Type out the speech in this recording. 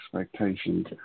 expectations